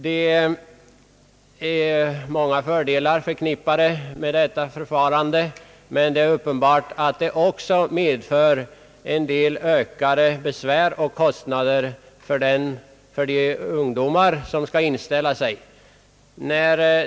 Det är många fördelar förknippade med detta förfarande, men det är uppenbart att det också medför en del ökade besvär och kostnader för de ungdomar som skall inställa sig.